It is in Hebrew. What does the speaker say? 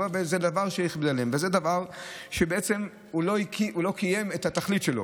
זה דבר שהכביד עליהם, הוא לא קיים את התכלית שלו.